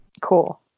cool